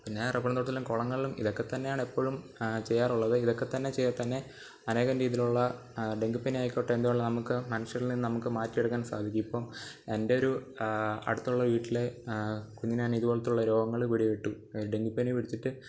പിന്നെ റബറിന് തോട്ടങ്ങളിലും കുളങ്ങളിലും ഇതൊക്കെ തന്നെയാണ് എപ്പോഴും ചെയ്യാറുള്ളത് ഇതൊക്കെ തന്നെ ഇതൊക്കെ തന്നെ അനേകം രീതിയിലുള്ള ഡെങ്കിപ്പനിയായിക്കോട്ടെ എന്തു വേണേ നമുക്ക് മനുഷ്യരിൽ നിന്നും നമുക്ക് മാറ്റിയെടുക്കാൻ സാധിക്കും ഇപ്പം എന്റൊരു അടുത്തുള്ള വീട്ടിലെ കുഞ്ഞിനാണ് ഇതുപോലത്തെ രോഗങ്ങൾ പിടിപ്പെട്ടു ഡെങ്കിപ്പനി പിടിച്ചിട്ട്